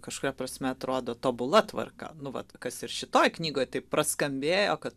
kažkuria prasme atrodo tobula tvarka nu vat kas ir šitoj knygoj taip praskambėjo kad